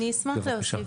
בבקשה.